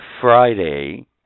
Friday